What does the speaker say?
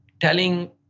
telling